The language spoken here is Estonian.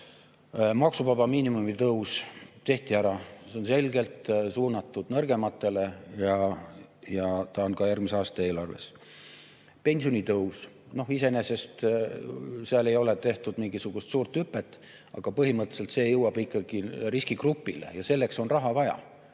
Maksuvaba miinimumi tõus tehti ära, see on selgelt suunatud nõrgematele ja ta on ka järgmise aasta eelarves. Pensionitõus, iseenesest seal ei ole tehtud mingisugust suurt hüpet, aga põhimõtteliselt see jõuab ikkagi riskigrupini. Ja selleks on raha vaja.